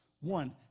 one